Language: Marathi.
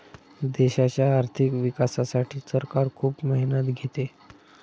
देशाच्या आर्थिक विकासासाठी सरकार खूप मेहनत घेते